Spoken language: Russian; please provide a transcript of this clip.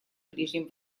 ближнем